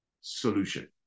solution